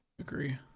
Agree